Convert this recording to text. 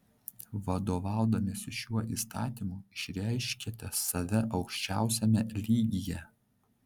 vadovaudamiesi šiuo įstatymu išreiškiate save aukščiausiame lygyje